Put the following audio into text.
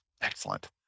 Excellent